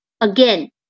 again